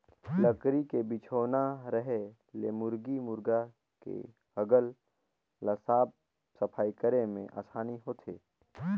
लकरी के बिछौना रहें ले मुरगी मुरगा के हगल ल साफ सफई करे में आसानी होथे